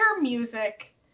music